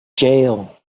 jail